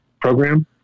program